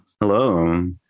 Hello